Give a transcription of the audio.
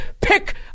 Pick